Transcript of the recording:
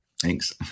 Thanks